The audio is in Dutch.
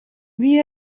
wie